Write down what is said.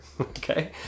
okay